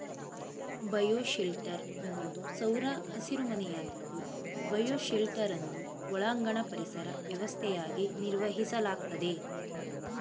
bioshelter ಅನ್ನೋದು ಸೌರ ಹಸಿರುಮನೆಯಾಗಿದ್ದು ಬಯೋಶೆಲ್ಟರನ್ನು ಒಳಾಂಗಣ ಪರಿಸರ ವ್ಯವಸ್ಥೆಯಾಗಿ ನಿರ್ವಹಿಸಲಾಗ್ತದೆ